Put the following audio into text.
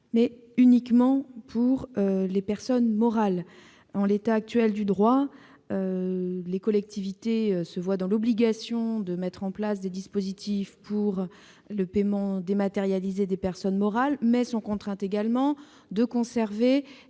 numérique pour les personnes morales. En l'état actuel du droit, les collectivités sont obligées de mettre en place des dispositifs pour le paiement dématérialisé des personnes morales, tout en étant contraintes de conserver